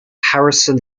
harrison